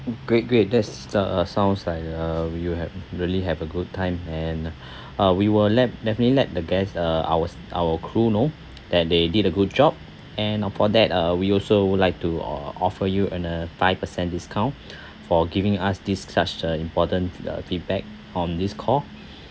great great that's uh sounds like uh you have really have a good time and uh we will let definitely let the guests uh ours our crew know that they did a good job and for that uh we also would like to o~ offer you an a five percent discount for giving us this such uh important uh feedback on this call